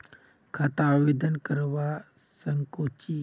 खाता आवेदन करवा संकोची?